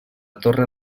torre